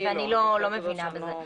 ואני לא מבינה בזה,